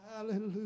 Hallelujah